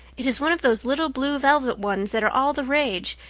it is one of those little blue velvet ones that are all the rage,